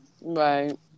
Right